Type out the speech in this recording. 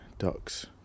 ducks